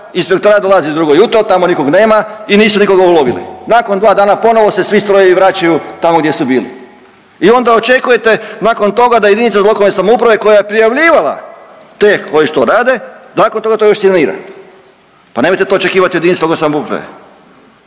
Inspektorat dolazi u drugo jutro, tamo nikog nema i nisu nikoga ulovili. Nakon 2 dana ponovo se svi strojevi vraćaju tamo gdje su bili i onda očekujete nakon toga da jedinica lokalne samouprave koja je prijavljivala te koji što rade, da nakon toga to još sanira. Pa nemojte to očekivati od jedinice lokalne samouprave.